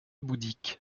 bouddhiques